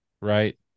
right